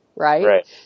Right